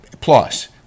plus